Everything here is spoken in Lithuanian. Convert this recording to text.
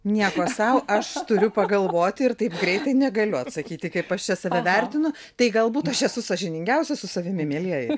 nieko sau aš turiu pagalvoti ir taip greitai negaliu atsakyti kaip aš čia save vertinu tai galbūt aš esu sąžiningiausia su savimi mielieji